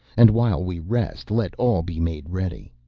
and while we rest let all be made ready.